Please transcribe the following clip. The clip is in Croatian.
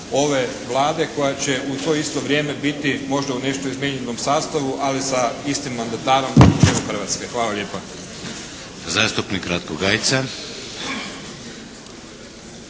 ove Vlade koja će u to isto vrijeme biti, možda u nešto izmijenjenom sastavu, ali sa istim mandatarom u okviru Hrvatske. Hvala lijepa. **Šeks, Vladimir